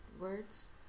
words